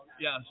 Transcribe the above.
Yes